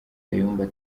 kayumba